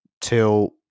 till